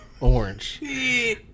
orange